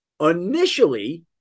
initially